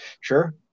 Sure